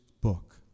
book